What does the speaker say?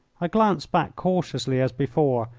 i glanced back cautiously as before,